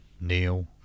Neil